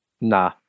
Nah